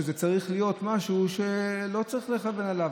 שזה צריך להיות משהו שלא צריך לכוון אליו.